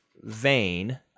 vein